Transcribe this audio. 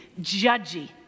judgy